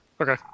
Okay